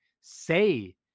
say